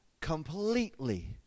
completely